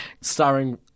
Starring